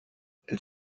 elle